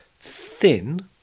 thin